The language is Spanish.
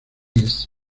united